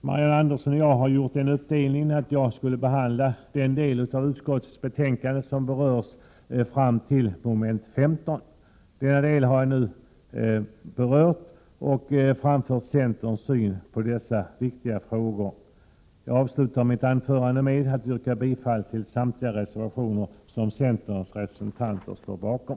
Marianne Andersson och jag har gjort den uppdelningen att jag skulle behandla den del av utskottets betänkande som berörs fram till moment 15. Jag har nu avhandlat denna del och redogjort för centerns syn på dessa viktiga frågor. Jag avslutar mitt anförande med att yrka bifall till samtliga reservationer som centerns representanter står bakom.